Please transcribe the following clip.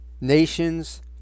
nations